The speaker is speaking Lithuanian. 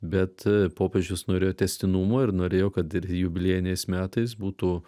bet popiežius norėjo tęstinumo ir norėjo kad ir jubiliejiniais metais būtų